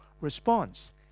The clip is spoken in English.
response